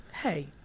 hey